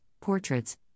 portraits